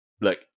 look